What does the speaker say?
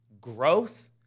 growth